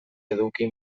eduki